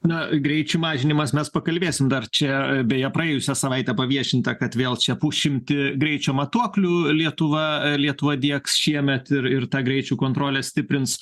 na greičio mažinimas mes pakalbėsime dar čia beje praėjusią savaitę paviešinta kad vėl čia pusšimtį greičio matuoklių lietuva lietuva diegs šiemet ir ir tą greičio kontrolę stiprins